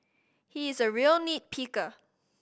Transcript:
he is a real nit picker